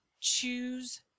Choose